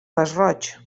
masroig